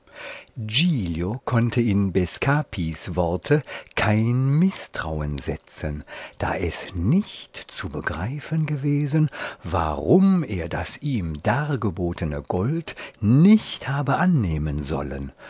konnte in bescapis worte kein mißtrauen setzen da es nicht zu begreifen gewesen warum er das ihm dargebotene gold nicht habe annehmen sollen